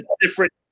different